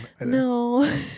no